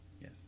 yes